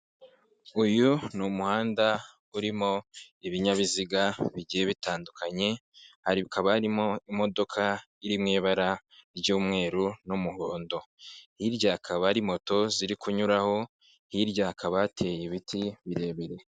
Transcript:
Uyu ni umuhanda urimo ibinyabiziga bigiye bitandukanye hakaba harimo imodoka iri mu ibara ry'umweru n'umuhondo hirya hakaba hari moto ziri kunyuraho hirya hakaba hateye ibiti birebire.